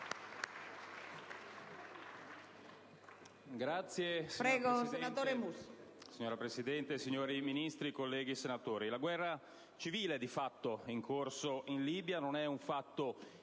Signora Presidente, signori Ministri, colleghi e senatori, la guerra civile di fatto in corso in Libia non è un fatto